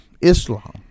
Islam